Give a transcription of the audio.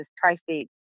tri-state